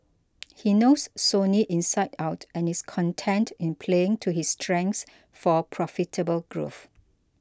he knows Sony inside out and is content in playing to his strengths for profitable growth